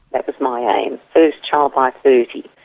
that was my aim first child by thirty.